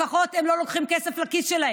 לפחות הם לא לוקחים כסף לכיס שלהם.